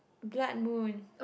blood moon